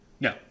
No